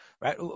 Right